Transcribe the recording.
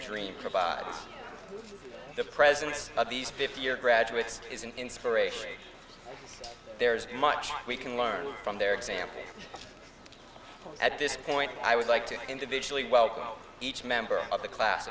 dream provides the presence of these fifty year graduates is an inspiration there is much we can learn from their example at this point i would like to individually welcome each member of the class